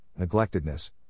neglectedness